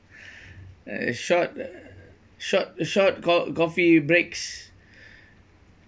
uh short short short cof~ coffee breaks